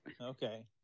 Okay